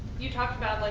you talked about, like,